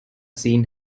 seen